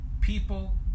people